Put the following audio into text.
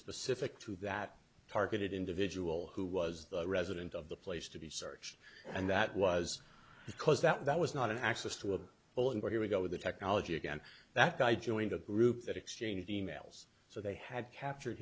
specific to that targeted individual who was the resident of the place to be searched and that was because that was not an access to a well and well here we go with the technology again that guy joined a group that exchanged e mails so they had captured